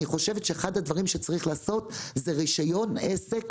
אני חושבת שאחד הדברים שצריך לעשות זה רישיון עסק